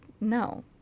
no